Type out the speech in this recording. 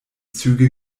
züge